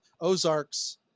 Ozarks